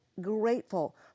grateful